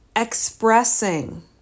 expressing